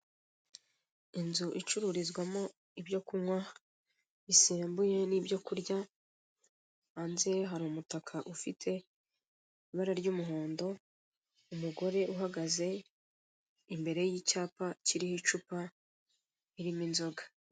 Inzu icururizwamo ibyo kunywa bisembuye n'ibyo kurya, hanze hari umutaka ufite ibara ry'umuhondo umugore uhagaze imbere y'icyapa kiriho icupa ririmo inzoga.